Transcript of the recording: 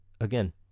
again